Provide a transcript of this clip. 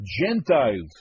Gentiles